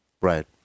Right